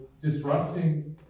disrupting